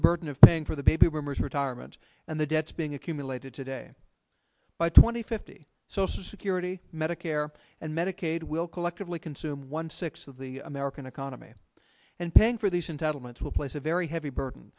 the burden of paying for the baby boomers retirement and the debts being accumulated today by two thousand and fifty social security medicare and medicaid will collectively consume one sixth of the american economy and paying for these entitlements will place a very heavy burden